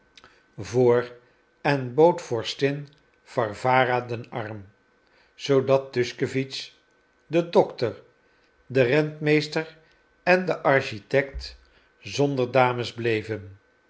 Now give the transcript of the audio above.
voor en bood vorstin warwara den arm zoodat tuschkewitsch de dokter de rentmeester en de architect zonder dames bleven